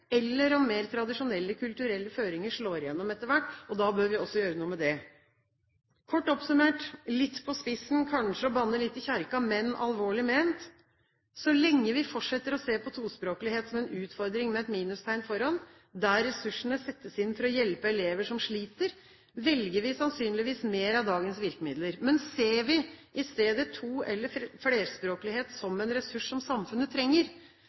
eller om mer tradisjonelle kulturelle føringer slår igjennom etter hvert. Da bør vi også gjøre noe med det. Kort oppsummert, litt på spissen – kanskje litt som å banne i kirken – men alvorlig ment: Så lenge vi fortsetter å se på tospråklighet som en utfordring med et minustegn foran, der ressursene settes inn for å hjelpe elever som sliter, velger vi sannsynligvis mer av dagens virkemidler. Men ser vi i stedet på to- eller flerspråklighet som en ressurs som samfunnet